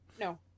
No